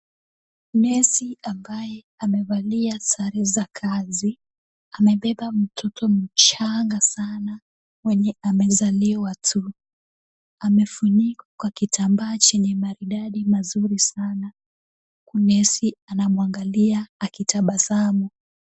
Nesi ambaye amevalia sare za kazi, amebeba mtoto mchanga sana mwenye amezaliwa tu. Amefunikwa kwa kitambaa chenya maridadi mazuri sana. Huyu nesi anamwangalia akitabasamu.